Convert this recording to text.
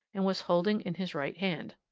and was holding in his right hand.